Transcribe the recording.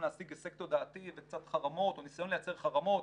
להשיג הישג תודעתי וקצת חרמות או ניסיון לייצר חרמות,